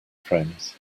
frames